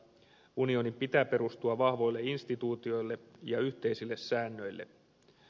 unionin pitää perustua vahvoille instituutioille ja yhteisille säännöille